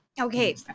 Okay